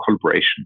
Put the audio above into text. collaboration